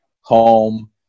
home